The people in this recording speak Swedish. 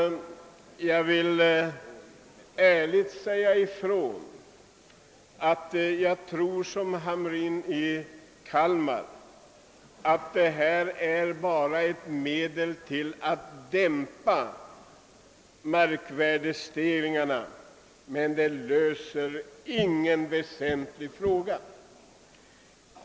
Jag vill ärligt säga ifrån att jag tror liksom herr Hamrin i Kalmar att det framlagda förslaget bara är ett medel för att dämpa markvärdestegringarna men att det inte löser något väsentligt problem.